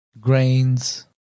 grains